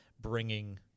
bringing